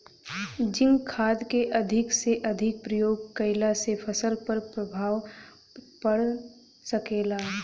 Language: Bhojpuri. जिंक खाद क अधिक से अधिक प्रयोग कइला से फसल पर का प्रभाव पड़ सकेला?